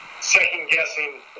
second-guessing